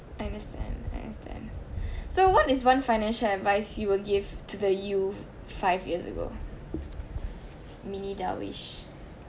I understand I understand so what is one financial advice you will give to the you five years ago mini darwish